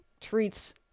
treats